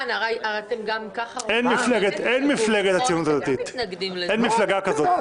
אין מפלגה כזאת.